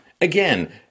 Again